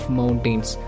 mountains